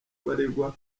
abaregwa